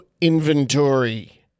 inventory